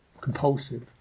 compulsive